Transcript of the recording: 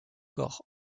cor